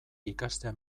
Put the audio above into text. ikastea